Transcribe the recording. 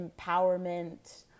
empowerment